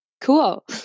cool